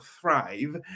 thrive